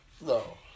No